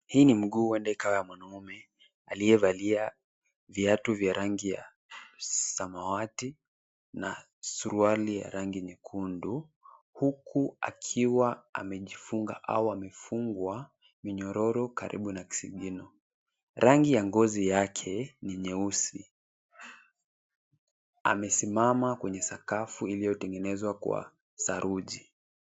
Hii ni mguu huenda ikawa ya mwanaume aliyevalia viatu vya rangi ya samawati na suruali ya rangi nyekundu huku akiwa amejifunga au amefungwa minyororo karibu na kisigino. Rangi ya ngozi yake ni nyeusi. Amesimama kwenye sakafu iliyotengenezwa kwa saruji.